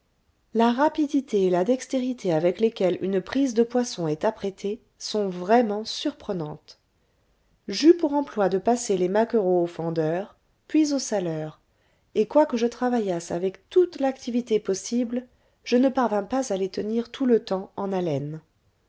la rapidité et la dextérité avec lesquelles une prise de poisson est apprêtée sont vraiment surprenantes j'eus pour emploi de passer les maquereaux au fendeur puis au saleur et quoique je travaillasse avec toute l'activité possible je ne parvins pas à les tenir tout le temps en haleine